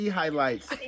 highlights